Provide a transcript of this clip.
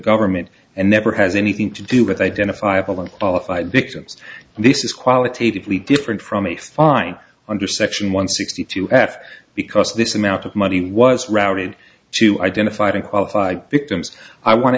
government and never has anything to do with identifiable unqualified victims and this is qualitatively different from a fine under section one sixty two half because this amount of money was routed to identifying qualified victims i want to